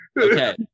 Okay